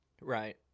Right